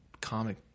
comic